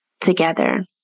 together